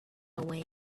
away